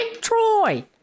Troy